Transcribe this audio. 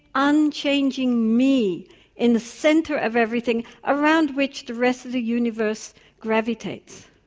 unchanging me in the centre of everything around which the rest of the universe gravitates?